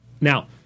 Now